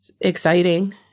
exciting